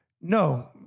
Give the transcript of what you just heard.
No